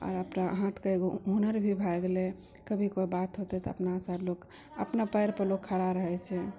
आओर अपना हाथके एगो हुनर भी भए गेलै कभी कोइ बात होतै तऽ बा अपनासँ लोक अपना पैरपर लोक खड़ा रहै छै